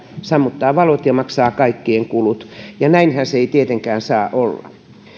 sammuttaa valot ja maksaa kaikkien kulut ja näinhän se ei tietenkään saa olla